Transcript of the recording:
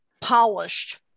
polished